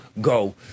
go